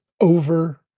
over